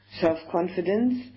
Self-confidence